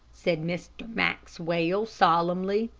said mr. maxwell, solemnly,